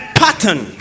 pattern